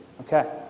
Okay